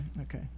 okay